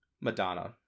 Madonna